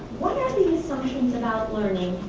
assumptions about learning,